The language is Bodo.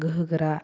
गोहो गोरा